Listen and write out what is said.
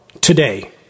today